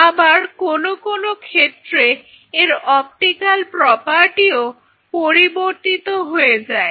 আবার কোনো কোনো ক্ষেত্রে এর অপটিকাল প্রপার্টিও পরিবর্তিত হয়ে যায়